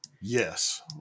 Yes